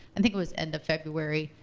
and think it was end of february,